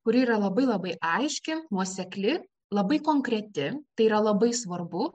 kuri yra labai labai aiški nuosekli labai konkreti tai yra labai svarbu